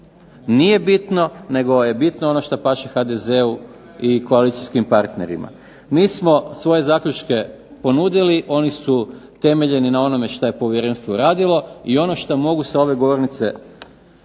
nije bitno, nego je bitno ono što paše HDZ-u i koalicijskim partnerima. Mi smo svoje zaključke ponudili, oni su temeljeni na onome što je povjerenstvo radilo i mogu sa ove govornice